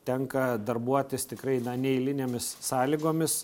tenka darbuotis tikrai neeilinėmis sąlygomis